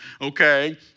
okay